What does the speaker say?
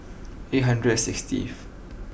eight hundred sixth